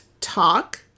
talk